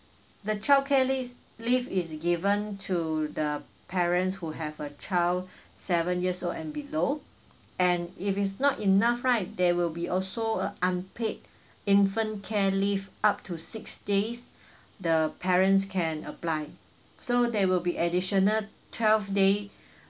the childcare leaves leave is given to the parents who have a child seven years old and below and if it's not enough right there will be also a unpaid infant care leave up to six days the parents can apply so there will be additional twelve day